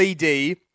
LED